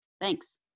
Thanks